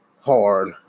hard